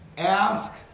ask